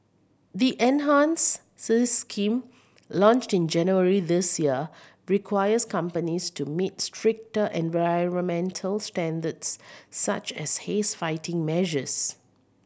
the enhanced scheme launched in January this year requires companies to meet stricter environmental standards such as haze fighting measures